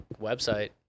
website